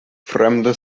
fremda